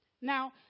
Now